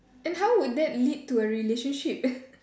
and how would that lead to a relationship